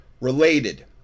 Related